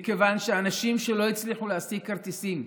מכיוון שאנשים שלא הצליחו להשיג כרטיסים,